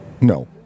No